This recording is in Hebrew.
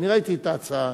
אני ראיתי את ההצעה.